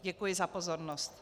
Děkuji za pozornost.